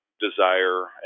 desire